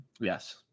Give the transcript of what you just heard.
Yes